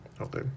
Okay